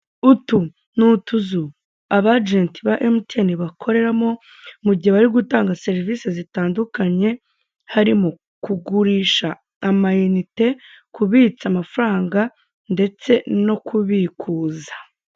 Utu ni utuzu aba agenti ba MTN bakoreramo mugihe bari gutanga serivise zitandukanye harimo kugurisha amayinite kubitsa amafaranga ndetse no kubikuza.